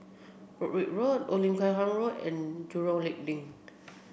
Broadrick Road Old Lim Chu Kang Road and Jurong Lake Link